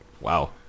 wow